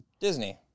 Disney